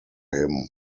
him